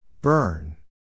Burn